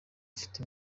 ufite